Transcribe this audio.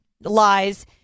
lies